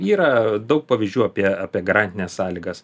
yra daug pavyzdžių apie apie garantines sąlygas